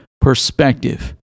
perspective